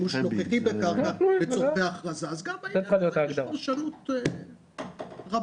גם בעניין הזה יש רכושנות רבה.